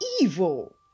evil